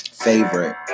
favorite